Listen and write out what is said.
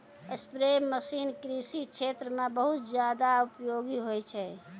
spray machine कृषि क्षेत्र म बहुत जादा उपयोगी होय छै